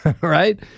right